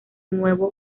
nuevo